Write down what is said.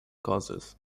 causes